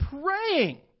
praying